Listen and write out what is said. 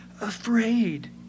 afraid